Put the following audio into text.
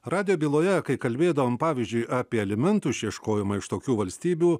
radijo byloje kai kalbėdavom pavyzdžiui apie alimentų išieškojimą iš tokių valstybių